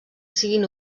siguin